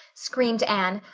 screamed anne.